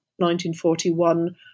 1941